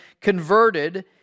converted